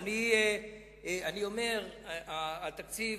התקציב